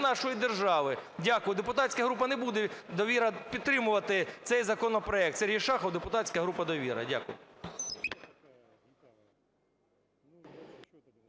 нашої держави. Дякую. Депутатська група "Довіра" не буде підтримувати цей законопроект. Сергій Шахов, депутатська група "Довіра". Дякую.